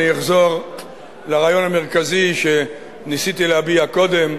אחזור לרעיון המרכזי שניסיתי להביע קודם.